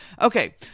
Okay